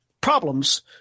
problems